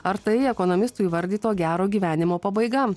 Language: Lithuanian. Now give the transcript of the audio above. ar tai ekonomistų įvardyto gero gyvenimo pabaiga